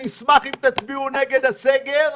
אני אשמח אם תצביעו נגד הסגר.